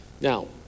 Now